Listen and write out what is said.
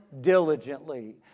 diligently